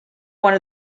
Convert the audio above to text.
one